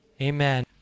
Amen